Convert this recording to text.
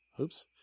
Oops